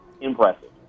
Impressive